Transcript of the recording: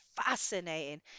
fascinating